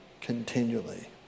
continually